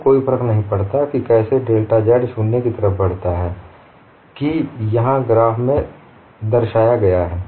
तो कोई फर्क नहीं पड़ता कि कैसे डेल्टा z शून्य की तरफ बढता है कि यहाँ ग्राफ में दर्शाया गया है